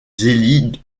zélie